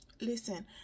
Listen